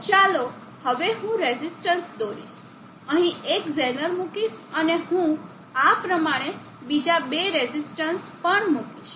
તો ચાલો હવે હું રેઝિસ્ટન્સ દોરીશ અહીં એક ઝેનર મૂકીશ અને હું આ પ્રમાણે બીજા બે રેઝિસ્ટન્સ પણ મૂકીશ